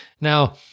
Now